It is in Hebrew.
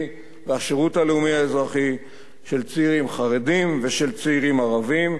והשירות הלאומי האזרחי של צעירים חרדים ושל צעירים ערבים.